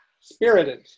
Spirited